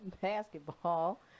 basketball